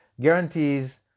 Guarantees